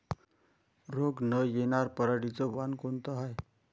रोग न येनार पराटीचं वान कोनतं हाये?